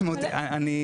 היא בהיקפים משמעותיים.